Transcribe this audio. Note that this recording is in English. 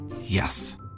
Yes